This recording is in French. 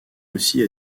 aussi